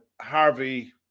Harvey